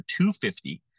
250